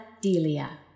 Delia